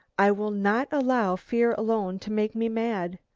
i will not allow fear alone to make me mad.